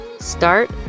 Start